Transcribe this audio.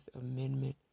Amendment